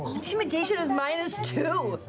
intimidation is minus two.